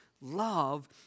love